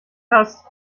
hast